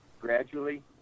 gradually